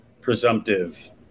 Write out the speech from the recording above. presumptive